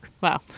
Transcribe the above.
Wow